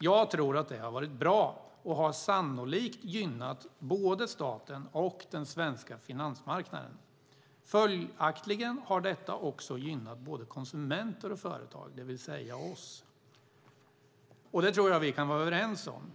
Jag tror att det har varit bra, och det har sannolikt gynnat både staten och den svenska finansmarknaden. Följaktligen har detta också gynnat konsumenter och företag, det vill säga oss. Vi kan vara överens om det.